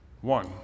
One